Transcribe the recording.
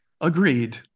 Agreed